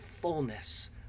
fullness